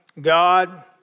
God